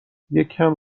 یکم